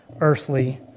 earthly